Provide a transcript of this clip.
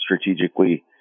strategically